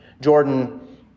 Jordan